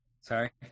Sorry